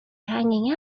hanging